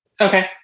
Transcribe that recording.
Okay